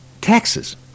taxes